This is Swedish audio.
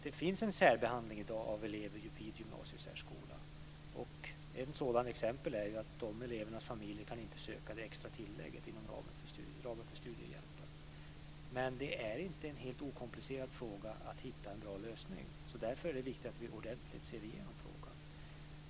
Det finns i dag en särbehandling av elever vid gymnasiesärskolan. Ett sådant exempel är att dessa elevers familjer inte kan söka det extra tillägget inom ramen för studiehjälpen. Det är dock inte en helt okomplicerad fråga att hitta en bra lösning, och därför är det viktigt att vi ordentligt ser igenom frågan.